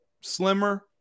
slimmer